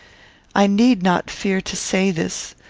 i need not fear to say this,